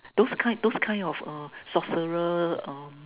those kind those kind of uh sorcerer um